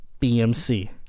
BMC